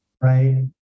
right